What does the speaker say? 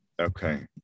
Okay